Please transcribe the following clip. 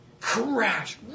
crash